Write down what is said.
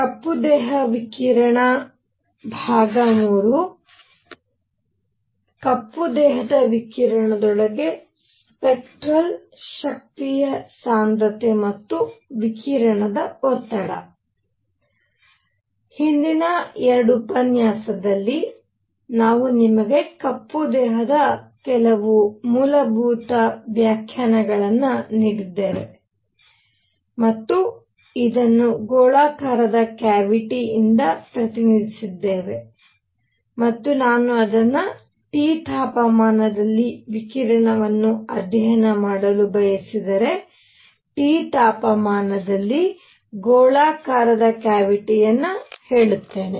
ಕಪ್ಪು ದೇಹ ವಿಕಿರಣ III ಕಪ್ಪು ದೇಹದ ವಿಕಿರಣದೊಳಗೆ ಸ್ಪೆಕ್ಟರಲ್ ಶಕ್ತಿಯ ಸಾಂದ್ರತೆ ಮತ್ತು ವಿಕಿರಣ ಒತ್ತಡ ಹಿಂದಿನ ಎರಡು ಉಪನ್ಯಾಸಗಳಲ್ಲಿ ನಾವು ನಿಮಗೆ ಕಪ್ಪು ದೇಹದ ಕೆಲವು ಮೂಲಭೂತ ವ್ಯಾಖ್ಯಾನಗಳನ್ನು ನೀಡಿದ್ದೇವೆ ಮತ್ತು ಇದನ್ನು ಗೋಳಾಕಾರದ ಕ್ಯಾವಿಟಿಯಿಂದ ಪ್ರತಿನಿಧಿಸಿದ್ದೇವೆ ಮತ್ತು ನಾನು ಅದನ್ನು T ತಾಪಮಾನದಲ್ಲಿ ವಿಕಿರಣವನ್ನು ಅಧ್ಯಯನ ಮಾಡಲು ಬಯಸಿದರೆ T ತಾಪಮಾನದಲ್ಲಿ ಗೋಳಾಕಾರದ ಕ್ಯಾವಿಟಿಯನ್ನು ಹೇಳುತ್ತೇನೆ